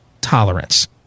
tolerance